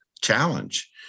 challenge